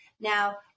Now